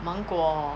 芒果